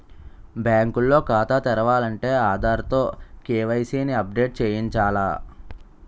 bank లో ఖాతా తెరాలంటే ఆధార్ తో కే.వై.సి ని అప్ డేట్ చేయించాల